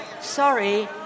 Sorry